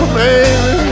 baby